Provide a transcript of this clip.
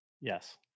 Yes